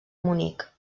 munic